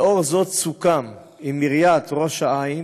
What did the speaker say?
לאור זאת, סוכם עם עיריית ראש-העין